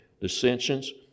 dissensions